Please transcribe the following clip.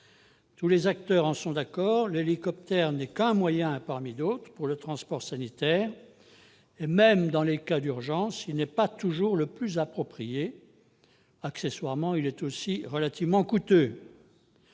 Tous les acteurs en sont d'accord, l'hélicoptère n'est qu'un moyen parmi d'autres pour le transport sanitaire et, même dans les cas d'urgence, il n'est pas toujours le plus approprié. Accessoirement, il est relativement coûteux.